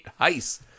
heist